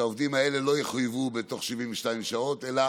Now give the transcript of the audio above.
העובדים האלה לא יחויבו ב-72 שעות אלא